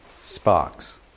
sparks